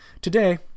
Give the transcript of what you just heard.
Today